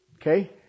Okay